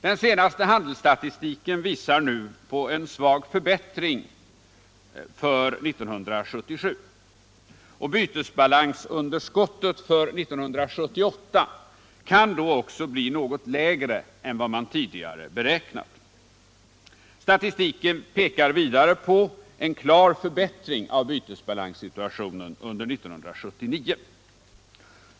Den senaste handelsstatistiken visar på en svag förbättring för 1977, och bytesbalansunderskottet för 1978 kan då också bli något lägre än vad man tidigare beräknat. Statistiken indikerar vidre en klar förbättring av bytesbalanssituationen under 1979.